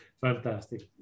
Fantastic